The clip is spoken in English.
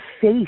face